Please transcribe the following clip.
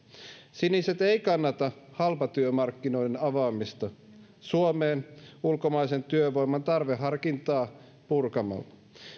siniset ei kannata halpatyömarkkinoiden avaamista suomeen ulkomaisen työvoiman tarveharkintaa purkamalla